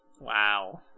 Wow